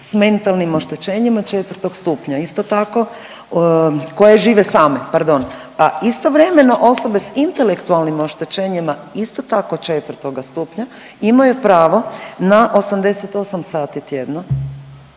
s mentalnim oštećenjima 4. stupnja, isto tako, koje žive same pardon, a istovremeno osobe s intelektualnim oštećenjima isto tako 4. stupnja imaju pravo na 88 sati tjedno,